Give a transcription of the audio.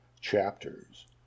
chapters